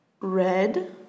Red